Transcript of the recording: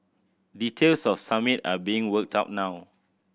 details of Summit are being worked out now